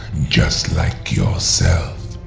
just like yourself.